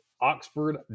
Oxford